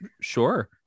Sure